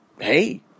Hey